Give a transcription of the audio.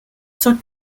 son